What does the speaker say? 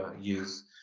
use